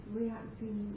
reacting